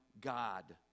god